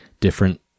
different